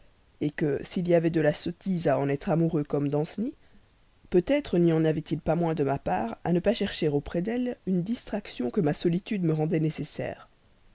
jolie que s'il y avait de la sottise à en être amoureux comme danceny peut-être n'y en avait-il pas moins de ma part à ne pas chercher auprès d'elle une distraction que ma solitude me rendait nécessaire